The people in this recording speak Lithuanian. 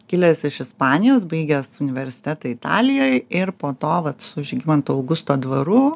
kilęs iš ispanijos baigęs universitetą italijoj ir po to vat su žygimanto augusto dvaru